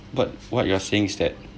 but what you are saying is that